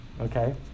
okay